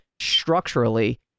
structurally